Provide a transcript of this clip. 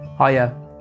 Hiya